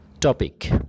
topic